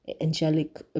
angelic